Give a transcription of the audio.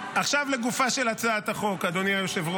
עכשיו לגופה של הצעת החוק, אדוני היושב-ראש.